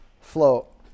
float